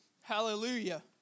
hallelujah